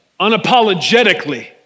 Unapologetically